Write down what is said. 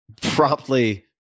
promptly